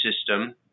system